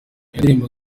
ndirimbo